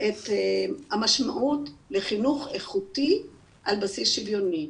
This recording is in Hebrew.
את המשמעות לחינוך איכותי על בסיס שוויוני.